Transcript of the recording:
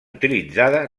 utilitzada